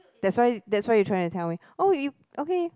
that's why that's what you trying to tell me oh you okay